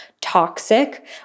toxic